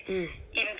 mm